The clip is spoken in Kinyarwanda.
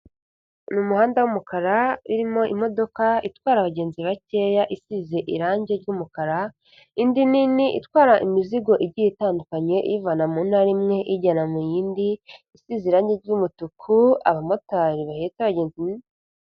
Ni umuhanda w'umukara irimo imodoka itwara abagenzi bakeya isize irange ry'umukara, indi nini itwara imizigo igiye itandukanye iyivana mu ntara imwe iyijyana mu yindi isize irange ry'umutuku, abamotari bahetse abagenzi...